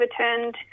overturned